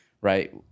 right